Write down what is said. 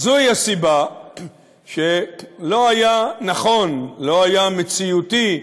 זוהי הסיבה שלא היה נכון, לא היה מציאותי,